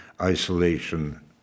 isolation